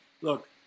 Look